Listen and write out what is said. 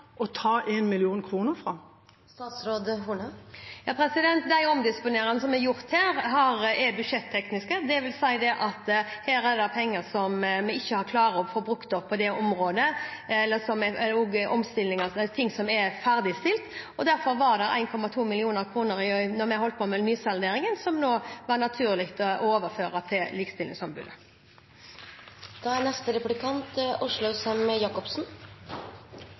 ta 1 mill. kr fra? De omdisponeringene som vi har gjort her, er budsjettekniske. Det vil si at det her er penger som vi ikke klarer å få brukt opp på det området, eller som gjelder ting som er ferdigstilt, og derfor var det 1,2 mill. kr igjen da vi holdt på med nysalderingen – som det da var naturlig å overføre til Likestillingsombudet. Da